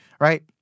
right